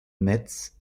metz